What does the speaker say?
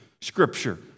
scripture